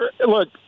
Look